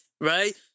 right